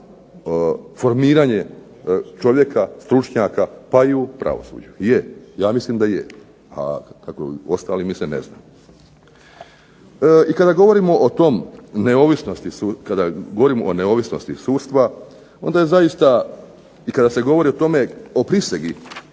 formiranje čovjeka, stručnjaka, pa i u pravosuđu? Je. Ja mislim da je, a kako ostali misle ne znam. I kada govorimo o tom, neovisnosti, kada govorimo o neovisnosti sudstva, onda je zaista, i kada se govori o tome, o prisegi